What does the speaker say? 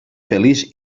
feliç